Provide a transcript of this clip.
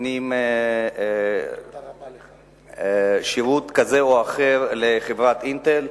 נותנים שירות כזה או אחר לחברת "אינטל".